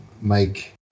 make